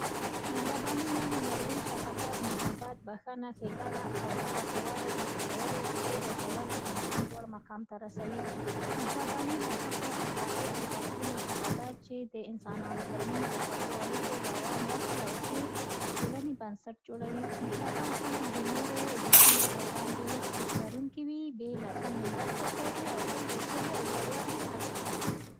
مهرباني یعنې نرمي، شفقت، محبت، بښنه، ښېګنه او هغه ښه والي، چي په کولو یې په کور او ټولنه کې انسان لوړ مقام ته رسوي. مهرباني له هغو اخلاقي ارزښتونو څخه ده، چي د انسانانو ترمنځ د خوږو اړیکو، باور، مرستې، او ښې ټولنې بنسټ جوړوي. مهربان خلک د نورو د ستونزو پر وړاندې حس لرونکي وي، بې له تمې مرسته کوي او تل د سولې او یووالي هڅه کوي.